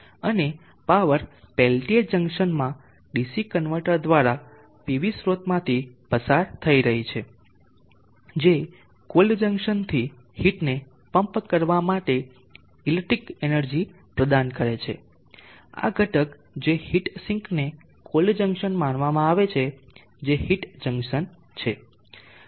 અને power Peltier જંકશનમાં DC converter દ્વારા PV સ્ત્રોતમાંથી પસાર થઈ રહી છે જે કોલ્ડ જંકશનથી હીટને પમ્પ કરવા માટે ઇલેક્ટ્રિક એનર્જી પ્રદાન કરે છે આ ઘટક જે હીટ સિંકને કોલ્ડ જંકશન માનવામાં આવે છે જે હીટ જંકશન છે